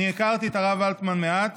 אני הכרתי את הרב ולדמן מעט